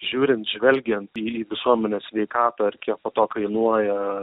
žiūrint žvelgiant į visuomenės sveikatą ir kiek po to kainuoja